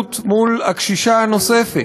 וההתנהלות מול הקשישה הנוספת,